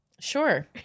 sure